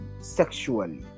sexually